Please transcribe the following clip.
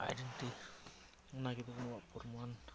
identity ᱚᱱᱟᱜᱮ ᱛᱟᱵᱚᱱ ᱟᱵᱚᱣᱟᱜ ᱯᱨᱚᱢᱟᱱ